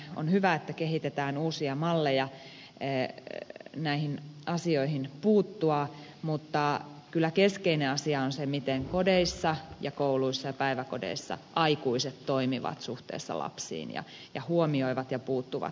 on hyvä että kehitetään uusia malleja näihin asioihin puuttua mutta kyllä keskeinen asia on se miten kodeissa kouluissa ja päiväkodeissa aikuiset toimivat suhteessa lapsiin ja huomioivat ja puuttuvat näihin asioihin